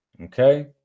okay